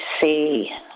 see